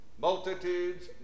Multitudes